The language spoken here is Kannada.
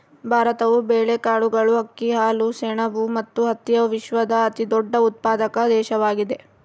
ಭಾರತವು ಬೇಳೆಕಾಳುಗಳು, ಅಕ್ಕಿ, ಹಾಲು, ಸೆಣಬು ಮತ್ತು ಹತ್ತಿಯ ವಿಶ್ವದ ಅತಿದೊಡ್ಡ ಉತ್ಪಾದಕ ದೇಶವಾಗಿದೆ